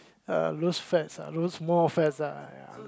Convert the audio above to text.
uh lose fats ah lost more fats ah ya